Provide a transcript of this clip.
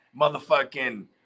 motherfucking